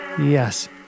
Yes